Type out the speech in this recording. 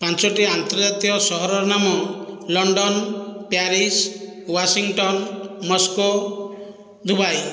ପାଞ୍ଚୋଟି ଅନ୍ତର୍ଜାତୀୟ ସହରର ନାମ London Paris Washington Moscow Dubai